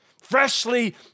Freshly